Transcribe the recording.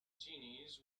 genies